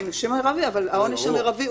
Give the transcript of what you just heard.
אנחנו מגיעים